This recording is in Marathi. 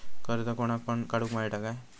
कर्ज कोणाक पण काडूक मेलता काय?